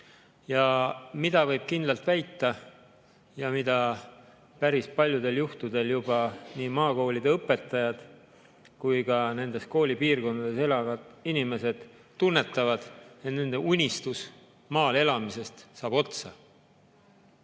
Mida võib kindlalt väita ja mida päris paljudel juhtudel juba nii maakoolide õpetajad kui ka nendes piirkondades elavad inimesed tunnetavad, [on see,] et nende unistus maal elamisest saab otsa.